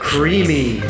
creamy